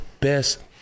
best